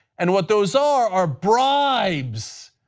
and what those are our bribes.